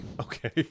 Okay